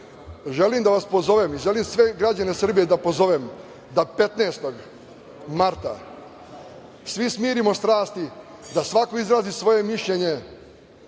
želim da vas pozovem, želim sve građane Srbije da pozovem da 15. marta svi smirimo strasti, da svako izrazi svoje mišljenje.